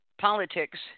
politics